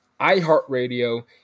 iHeartRadio